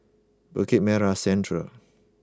Bukit Merah Central